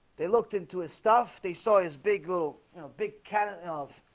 they looked into his stuff. they saw his big little you know big cannon off